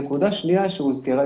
נקודה שנייה שהוזכרה,